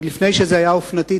עוד לפני שזה היה אופנתי,